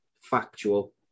factual